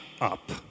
up